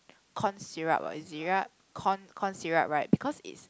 corn syrup ah syrup corn corn syrup right because it's